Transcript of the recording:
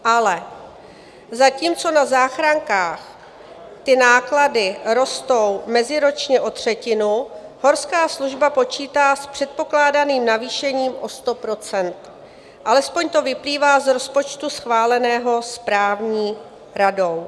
Ale zatímco na záchrankách ty náklady rostou meziročně o třetinu, Horská služba počítá s předpokládaným navýšením o 100 %, alespoň to vyplývá z rozpočtu schváleného správní radou.